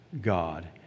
God